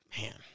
Man